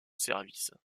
service